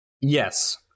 Yes